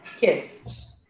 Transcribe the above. Yes